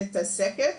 מתעסקת